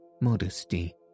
modesty